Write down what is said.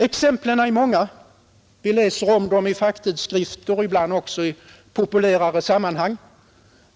Exemplen är många. Vi läser om dem i facktidskrifter och ibland också i populärare sammanhang.